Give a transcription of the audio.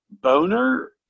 boner